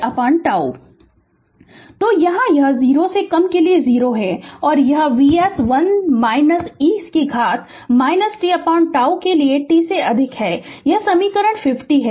Refer Slide Time 0811 तो यहाँ यह 0 से कम के लिए 0 है और यह Vs 1 e से घात tτ के लिए t से अधिक है यह समीकरण 50 है